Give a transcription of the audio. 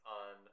on